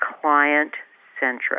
client-centric